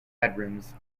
bedrooms